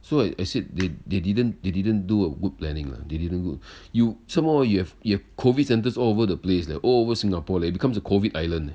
so I I said they they didn't they didn't do a good planning lah they didn't g~ you somehow orh you have your COVID centres all over the place leh all over singapore leh becomes a COVID island eh